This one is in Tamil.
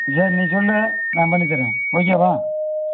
சரி நீ சொல் நான் பண்ணித்தரேன் ஓகேவா